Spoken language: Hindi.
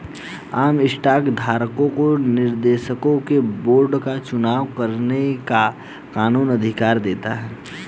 आम स्टॉक धारकों को निर्देशकों के बोर्ड का चुनाव करने का कानूनी अधिकार देता है